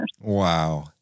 Wow